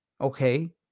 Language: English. Okay